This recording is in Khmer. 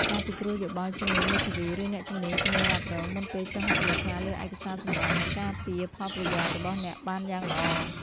ការពិគ្រោះយោបល់ជាមួយ មេធាវី ឬអ្នកជំនាញធានារ៉ាប់រង មុនពេលចុះហត្ថលេខាលើឯកសារសំណង នឹងការពារផលប្រយោជន៍របស់អ្នកបានយ៉ាងល្អ។